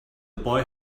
boy